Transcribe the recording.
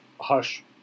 Hush